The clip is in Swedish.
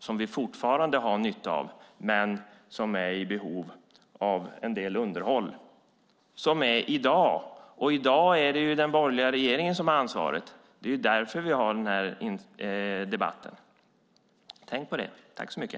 Den har vi fortfarande nytta av, men den är i behov av en del underhåll. Det behovet finns i dag, och i dag är det den borgerliga regeringen som har ansvaret. Det är därför vi har denna debatt. Tänk på det!